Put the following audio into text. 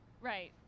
Right